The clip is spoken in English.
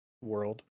world